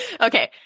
okay